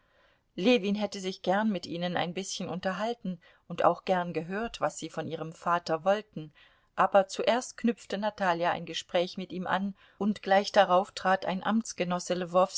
ljewin hätte sich gern mit ihnen ein bißchen unterhalten und auch gern gehört was sie von ihrem vater wollten aber zuerst knüpfte natalja ein gespräch mit ihm an und gleich darauf trat ein